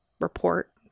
report